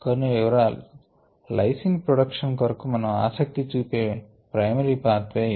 కొన్ని వివరాలు lysine production కొరకు మనం ఆసక్తి చూపే ప్రయిమరీ పాత్ వె ఇది